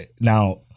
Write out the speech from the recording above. now